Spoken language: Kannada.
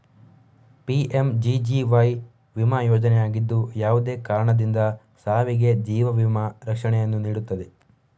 ಪಿ.ಎಮ್.ಜಿ.ಜಿ.ವೈ ವಿಮಾ ಯೋಜನೆಯಾಗಿದ್ದು, ಯಾವುದೇ ಕಾರಣದಿಂದ ಸಾವಿಗೆ ಜೀವ ವಿಮಾ ರಕ್ಷಣೆಯನ್ನು ನೀಡುತ್ತದೆ